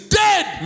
dead